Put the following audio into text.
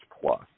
plus